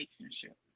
relationship